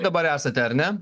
dabar esate ar ne